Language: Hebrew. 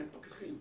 אין פקחים.